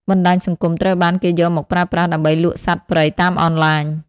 បណ្តាញសង្គមត្រូវបានគេយកមកប្រើប្រាស់ដើម្បីលក់សត្វព្រៃតាមអនឡាញ។